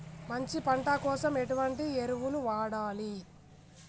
మంచి పంట కోసం ఎటువంటి ఎరువులు వాడాలి?